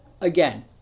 again